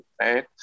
right